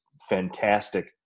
fantastic